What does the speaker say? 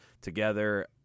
together